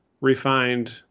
refined